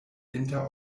inter